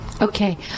Okay